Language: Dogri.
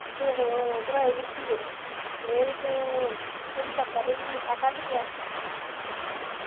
ते फिर बनाई बी खीर एह्दे च थोह्ड़ी कसर रेही थोह्ड़ा मिट्ठा घट्ट रेहा